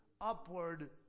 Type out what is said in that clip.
upward